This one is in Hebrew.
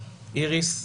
איריס,